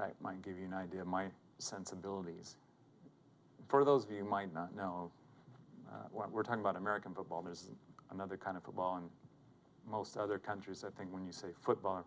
them might give you an idea of my sensibilities for those who might not know what we're talking about american football there's another kind of a law in most other countries i think when you say football or